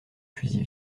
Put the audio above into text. fusil